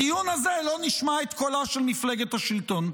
בדיון הזה לא נשמע את קולה של מפלגת השלטון.